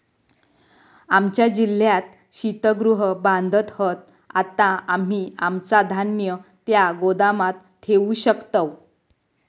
आमच्या जिल्ह्यात शीतगृह बांधत हत, आता आम्ही आमचा धान्य त्या गोदामात ठेवू शकतव